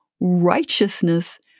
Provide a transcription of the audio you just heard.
righteousness